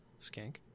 Skank